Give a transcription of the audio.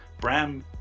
Bram